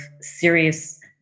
serious